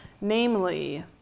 namely